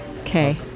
Okay